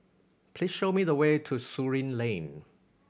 please show me the way to Surin Lane